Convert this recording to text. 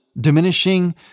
diminishing